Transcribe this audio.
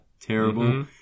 terrible